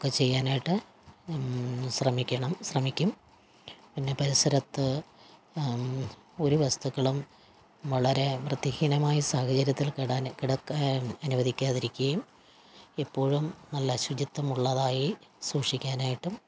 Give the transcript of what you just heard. ഒക്കെ ചെയ്യാനായിട്ട് ശ്രമിക്കണം ശ്രമിക്കും പിന്നെ പരിസരത്ത് ഒരു വസ്തുക്കളും വളരെ വൃത്തിഹീനമായ സാഹചര്യത്തിൽ കെടാൻ കിടക്കാൻ അനുവദിക്കാതിരിക്കുകയും എപ്പോഴും നല്ല ശുചിത്വമുള്ളതായി സൂക്ഷിക്കാനായിട്ടും